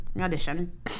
audition